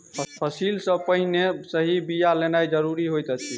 फसिल सॅ पहिने सही बिया लेनाइ ज़रूरी होइत अछि